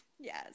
Yes